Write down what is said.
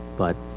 but,